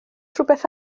rhywbeth